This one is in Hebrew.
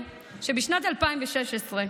אינם הדיבר ה-11 שקיבלנו מהר